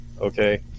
okay